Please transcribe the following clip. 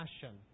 passion